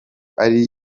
ari